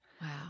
Wow